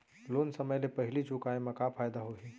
Loan समय ले पहिली चुकाए मा का फायदा होही?